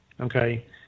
Okay